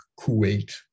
Kuwait